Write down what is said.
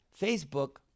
Facebook